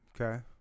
Okay